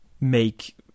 make